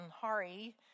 Hari